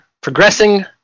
progressing